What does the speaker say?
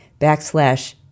backslash